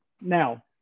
now